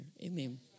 amen